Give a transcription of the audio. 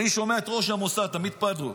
אני שומע את ראש המוסד תמיר פרדו,